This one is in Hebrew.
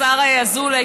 השר אזולאי,